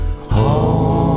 home